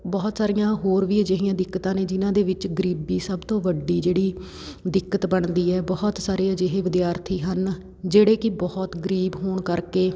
ਬਹੁਤ ਸਾਰੀਆਂ ਹੋਰ ਵੀ ਅਜਿਹੀਆਂ ਦਿੱਕਤਾਂ ਨੇ ਜਿਹਨਾਂ ਦੇ ਵਿੱਚ ਗਰੀਬੀ ਸਭ ਤੋਂ ਵੱਡੀ ਜਿਹੜੀ ਦਿੱਕਤ ਬਣਦੀ ਹੈ ਬਹੁਤ ਸਾਰੇ ਅਜਿਹੇ ਵਿਦਿਆਰਥੀ ਹਨ ਜਿਹੜੇ ਕਿ ਬਹੁਤ ਗਰੀਬ ਹੋਣ ਕਰਕੇ